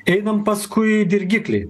einam paskui dirgiklį